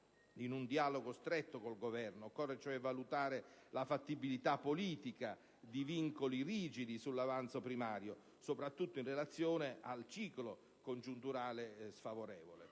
in un dialogo stretto con il Governo. Occorre, cioè, valutare la fattibilità politica di vincoli rigidi sull'avanzo primario, soprattutto in relazione al ciclo congiunturale sfavorevole.